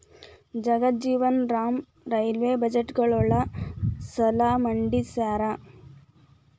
Jagjivan Ram railway ಬಜೆಟ್ನ ಯೊಳ ಸಲ ಮಂಡಿಸ್ಯಾರ